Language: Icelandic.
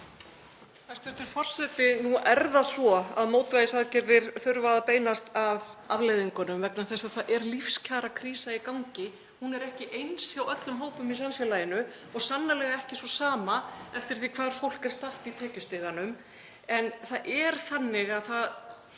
Hæstv. forseti. Nú er það svo að mótvægisaðgerðir þurfa að beinast að afleiðingunum vegna þess að það er lífskjarakrísa í gangi. Hún er ekki eins hjá öllum hópum í samfélaginu og sannarlega ekki sú sama eftir því hvar fólk er statt í tekjustiganum. Ég bíð enn eftir því að